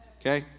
Okay